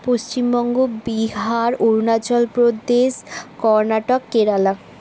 Paschimbanga Bihar Arunachal Pradesh Karnataka Kerala